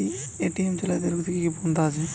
ATM জালিয়াতি রুখতে কি কি পন্থা আছে?